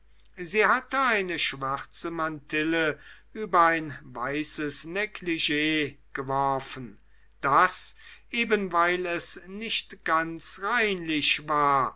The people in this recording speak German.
sie hatte eine schwarze mantille über ein weißes neglig geworfen das eben weil es nicht ganz reinlich war